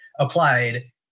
applied